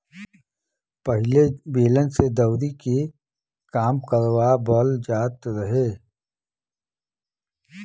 पहिले बैलन से दवरी के काम करवाबल जात रहे